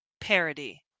parody